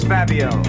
Fabio